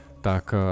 tak